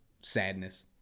sadness